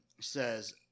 says